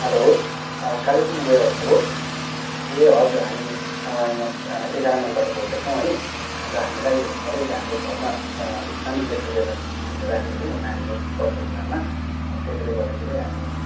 hello Kalimpong warehouse हो ए हजुर हामी यहाँ एघार माइलबाट बोल्दैछौँ है अन्त हामीलाई अलिकति हाम्रो घरमा सानो गेटटुगेदर हामीले राखेको थियौँ नानीको बर्थडेको नाममा त्यसैले गर्दाखेरि हामी